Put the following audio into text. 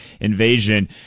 invasion